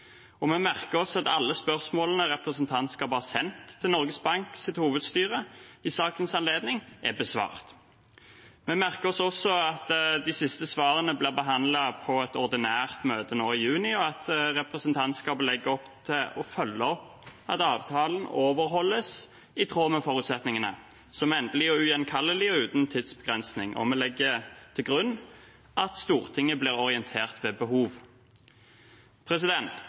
Vi merker oss at alle spørsmålene representantskapet har sendt til Norges Banks hovedstyre i sakens anledning, er besvart. Vi merker oss også at de siste svarene ble behandlet på et ordinært møte nå i juni, og at representantskapet legger opp til å følge opp at avtalen overholdes i tråd med forutsetningene, som endelig og ugjenkallelig og uten tidsbegrensning. Vi legger til grunn at Stortinget blir orientert ved behov.